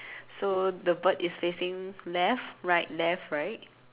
so the bird is facing left right left right